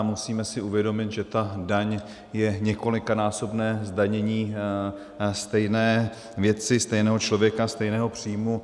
Musíme si uvědomit, že ta daň je několikanásobné zdanění stejné věci, stejného člověka, stejného příjmu.